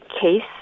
case